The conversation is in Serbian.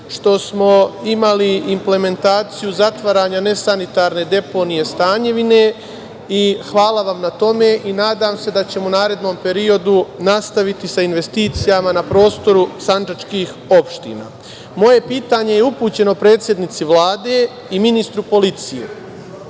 što smo imali implementaciju zatvaranja nesanitarne deponije Stanjevine i hvala vam na tome i nadam se da ćemo u narednom periodu nastaviti sa investicijama na prostoru sandžačkih opština. Moje pitanje je upućeno predsednici Vlade i ministru policije.